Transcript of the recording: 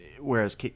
whereas